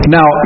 Now